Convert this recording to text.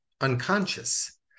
Unconscious